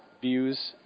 views